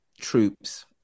troops